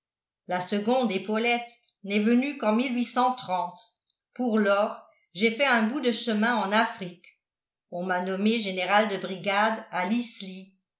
la seconde épaulette n'est venue qu'en pour lors j'ai fait un bout de chemin en afrique on m'a nommé général de brigade à l'isly